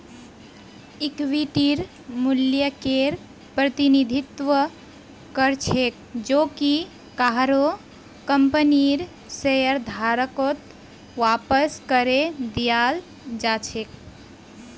इक्विटीर मूल्यकेर प्रतिनिधित्व कर छेक जो कि काहरो कंपनीर शेयरधारकत वापस करे दियाल् जा छेक